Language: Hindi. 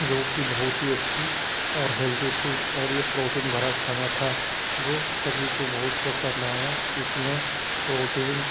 जो कि बहुत ही अच्छी और हेल्दी थी और यह प्रोटीन भरा खाना था जो सभी को बहुत पसंद आया इसमें प्रोटीन